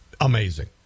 Amazing